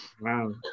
Wow